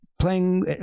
playing